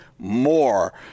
More